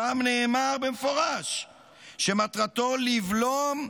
שם נאמר במפורש שמטרתו "לבלום"